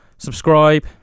Subscribe